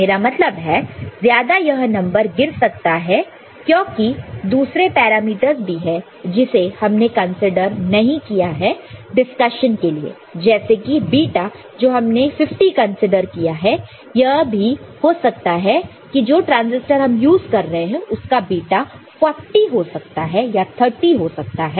मेरा मतलब है ज्यादा यह नंबर गिर सकता है क्योंकि दूसरे पैरामीटर्स भी है जिसे हमने कंसीडर नहीं किया है डिस्कशन के लिए जैसे कि बीटा जो कि हमने 50 कंसीडर किया है यह भी हो सकता है कि जो ट्रांसिस्टर हम यूज कर रहे हैं उसका बीटा 40 हो सकता है या 30 हो सकता है